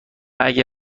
اگه